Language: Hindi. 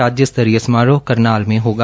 राज्य स्तरीय समारोह करनाल में होगा